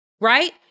right